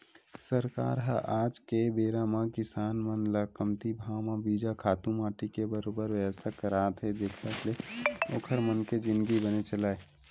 सरकार ह आज के बेरा म किसान मन ल कमती भाव म बीजा, खातू माटी के बरोबर बेवस्था करात हे जेखर ले ओखर मन के जिनगी बने चलय